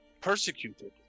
persecuted